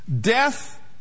Death